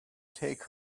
take